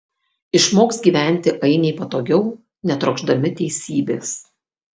išmoks gyventi ainiai patogiau netrokšdami teisybės